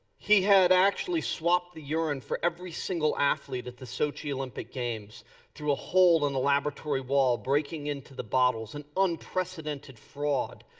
he had actually swapped the urine for every single athlete at the sochi olympic games through a hole in the laboratory wall, breaking into the bottles. an unprecedented fraud.